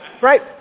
Right